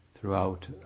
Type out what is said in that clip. throughout